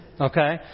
okay